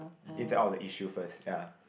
ins and out of the issue first ya